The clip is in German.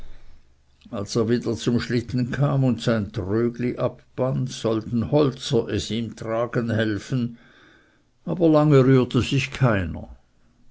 als er wieder zum schlitten kam und sein trögli abband sollten holzer es ihm tragen helfen aber lange rührte sich keiner